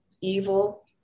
evil